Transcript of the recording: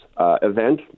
event